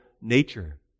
nature